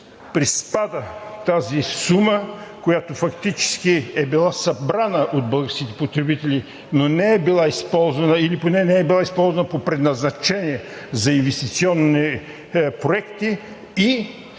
приспада тази сума, която фактически е била събрана от българските потребители, но не е била използвана или поне не е била използвана по предназначение – за инвестиционни проекти, и